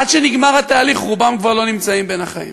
עד שנגמר התהליך, רובם כבר לא בין החיים.